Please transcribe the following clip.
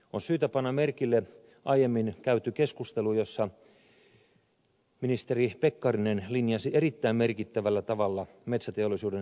on syytä panna merkille aiemmin käyty keskustelu jossa ministeri pekkarinen linjasi erittäin merkittävällä tavalla metsäteollisuuden energiaveroasiaa